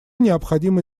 необходимо